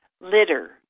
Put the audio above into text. litter